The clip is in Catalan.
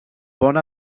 bona